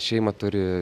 šeima turi